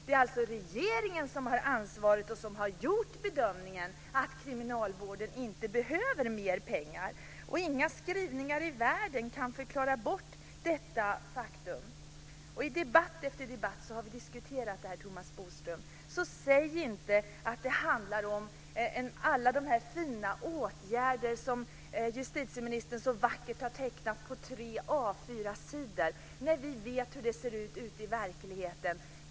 Det är alltså regeringen som har ansvaret och som har gjort bedömningen att kriminalvården inte behöver mer pengar. Inga skrivningar i världen kan förklara bort detta faktum. I debatt efter debatt har vi diskuterat det här, Thomas Bodström. Så säg inte att det handlar om alla de här fina åtgärderna som justitieministern så vackert har tecknat upp på tre A 4-sidor när vi vet hur det ser ut ute i verkligheten.